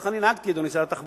ככה אני נהגתי, אדוני שר התחבורה.